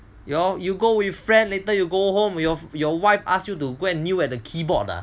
you go with friend later you go home your your wife ask you to go kneel at the keyboard ah